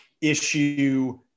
issue